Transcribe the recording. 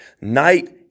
night